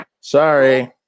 Sorry